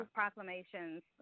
proclamations